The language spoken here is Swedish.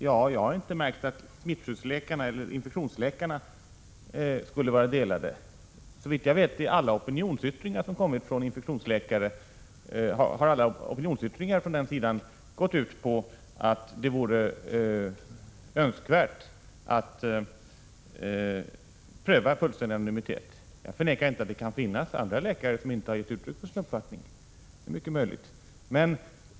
Men jag har inte märkt att infektionsläkarna skulle vara delade. Såvitt jag vet har alla opinionsyttringar som kommit från den sidan gått ut på att det vore önskvärt att pröva en fullständig anonymitet, även om jag inte förnekar att det kan finnas läkare som inte har gett uttryck för att de har en annan uppfattning.